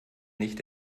nicht